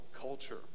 culture